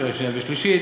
בקריאה שנייה ושלישית.